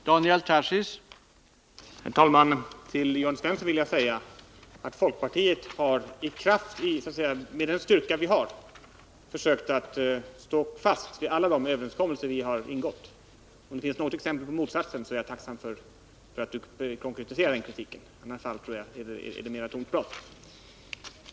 Herr talman! Till Jörn Svensson vill jag säga att vi i folkpartiet har, med den styrka vi äger, försökt stå fast vid alla de överenskommelser vi ingått. Finns det något exempel på motsatsen vore jag tacksam för en konkretisering av den kritiken — i annat fall tycker jag att det mera är tomt prat.